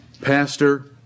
pastor